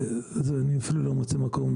אני אפילו לא מוצא מקום,